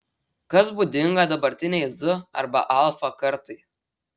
kas būdinga dabartinei z arba alfa kartai